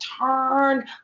turn